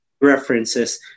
references